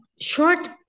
short